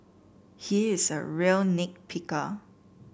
he is a real nit picker